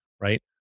Right